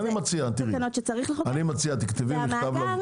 אני מציע שתכתבי מכתב